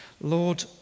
Lord